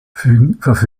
verfügen